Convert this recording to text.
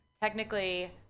Technically